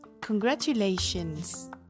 Congratulations